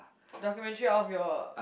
documentary out of your